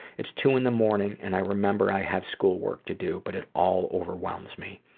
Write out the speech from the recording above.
it's two in the morning and i remember i have school work to do but it all overwhelms me.